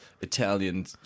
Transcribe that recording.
Italian